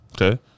Okay